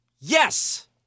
yes